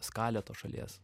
skalę tos šalies